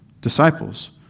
disciples